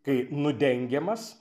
kai nudengiamas